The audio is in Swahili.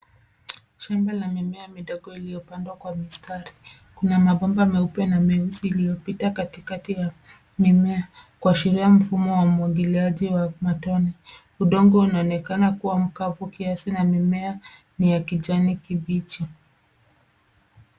Shamba la mimea midogo iliyopandwa kwa mistari. Kuna mabomba meupe na meusi iliyopita katikati ya mimea kuashiria mfumo wa umwagiliaji wa matone. Udongo unaonekana kuwa mkavu kiasi na mimea ni ya kijani kibichi.